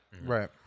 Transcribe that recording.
right